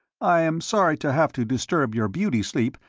i am sorry to have to disturb your beauty sleep,